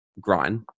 grind